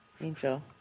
Angel